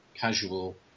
casual